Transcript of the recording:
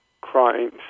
crimes